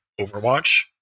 Overwatch